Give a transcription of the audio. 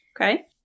okay